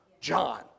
John